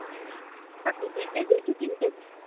अँ कति दुई केजी कि तिन केजी